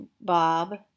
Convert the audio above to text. Bob